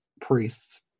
priests